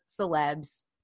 celebs